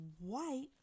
white